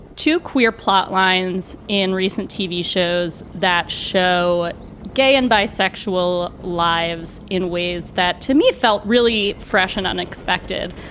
to queer plotlines in recent tv shows that show gay and bisexual lives in ways that to me felt really fresh and unexpected.